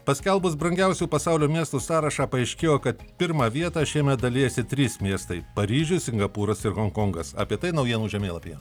paskelbus brangiausių pasaulio miestų sąrašą paaiškėjo kad pirmą vietą šiemet dalijasi trys miestai paryžius singapūras ir honkongas apie tai naujienų žemėlapyje